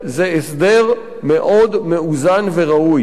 זה הסדר מאוד מאוזן וראוי.